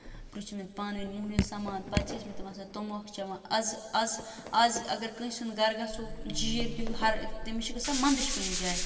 برٛونٛہہ چھِ ٲسمٕتۍ پانہٕ ؤنۍ مۅہنیٛو سَمان پَتہٕ چھِ ٲسمٕتۍ تِم آسان تموکھ چٮ۪وان اَز اَز اَز اگر کٲنٛسہِ ہُنٛد گَرٕ گژھو ججیٖر دِیو ہَر تٔمِس چھِ گژھان منٛدچھ پنٕنہِ جایہِ